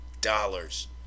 dollars